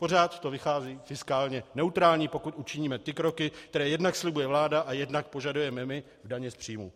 Pořád to vychází fiskálně neutrálně, pokud učiníme ty kroky, které jednak slibuje vláda a jednak požadujeme my, daně z příjmů.